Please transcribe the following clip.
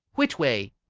whitway?